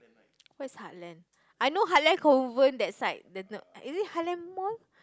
where's Heartland I know Heartland Kovan that side is it Heartland Mall